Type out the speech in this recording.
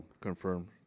confirm